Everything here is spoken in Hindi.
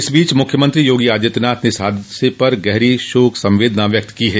इस बीच मुख्यमंत्री योगी आदित्यनाथ ने इस हादसे पर गहरी शोक संवेदना व्यक्त की है